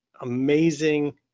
amazing